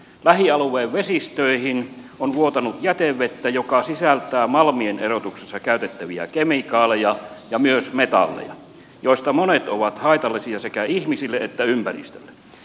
lähialueen vesistöihin on vuotanut jätevettä joka sisältää malmien erotuksessa käytettäviä kemikaaleja ja myös metalleja joista monet ovat haitallisia sekä ihmisille että ympäristölle